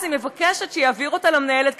היא מבקשת שהוא יעביר אותה למנהלת,